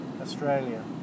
Australia